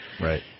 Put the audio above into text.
right